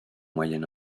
moyen